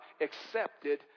accepted